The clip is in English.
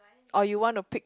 or you want to pick